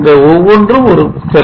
இந்த ஒவ்வொன்றும் ஒரு செல்